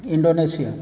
Indonesia